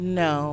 no